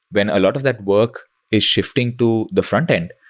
when a lot of that work is shifting to the frontend,